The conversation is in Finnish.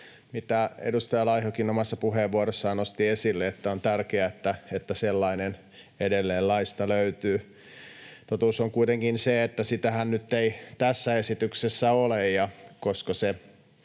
mitä edustaja Laihokin omassa puheenvuorossaan nosti esille, että on tärkeää, että sellainen edelleen laista löytyy. Totuus on kuitenkin se, että sitähän nyt ei tässä esityksessä ole,